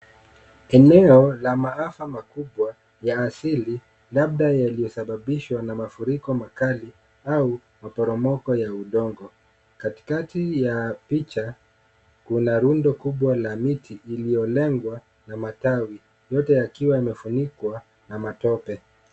Eneo la maafa makubwa ya asili, labda yaliyosababishwa na mafuriko makali au maporomoko ya udongo. Katikati ya picha kuna rundo kubwa la miti iliyolengwa na matawi yote yakiwa yamefunikwa na matope.